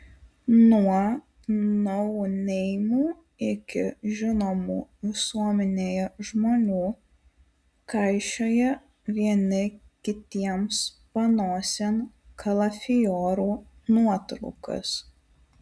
nuo nouneimų iki žinomų visuomenėje žmonių kaišioja vieni kitiems panosėn kalafiorų nuotraukas